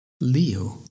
Leo